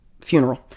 funeral